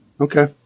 Okay